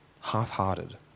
half-hearted